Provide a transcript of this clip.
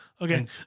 Okay